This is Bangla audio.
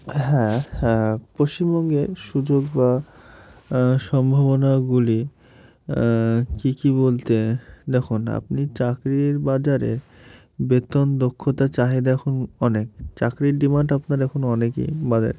হ্যাঁ পশ্চিমবঙ্গের সুযোগ বা সম্ভাবনাগুলি কী কী বলতে দেখুন আপনি চাকরির বাজারে বেতন দক্ষতা চাহিদা এখন অনেক চাকরির ডিমান্ড আপনার এখন অনেকই বাজারে